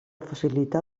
facilitar